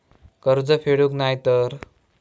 कर्ज फेडूक नाय तर?